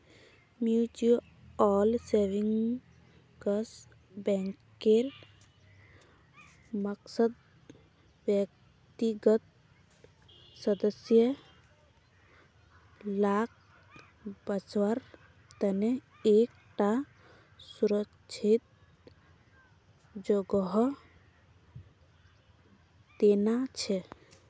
mutual savings बैंकेर मकसद व्यक्तिगत सदस्य लाक बच्वार तने एक टा सुरक्ष्हित जोगोह देना छे